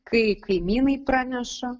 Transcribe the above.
kai kaimynai praneša